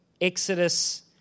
Exodus